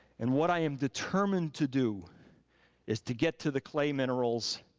and what i am determined to do is to get to the clay minerals